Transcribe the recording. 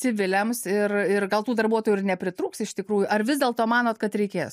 civiliams ir ir gal tų darbuotojų ir nepritrūks iš tikrųjų ar vis dėlto manot kad reikės